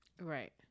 right